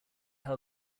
how